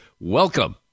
Welcome